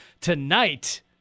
tonight